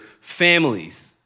families